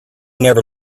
never